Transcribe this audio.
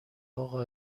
اقا